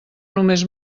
només